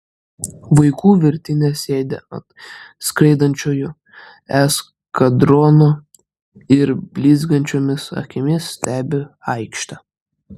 vaikų virtinės sėdi ant skraidančiojo eskadrono ir blizgančiomis akimis stebi aikštę